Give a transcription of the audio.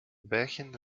welchen